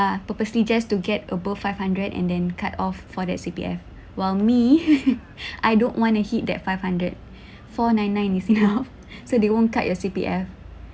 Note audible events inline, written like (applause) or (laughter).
uh purposely just to get above five hundred and then cut off for that C_P_F while me (laughs) I don't want to hit that five hundred (breath) four nine nine is enough (laughs) so they won't cut your C_P_F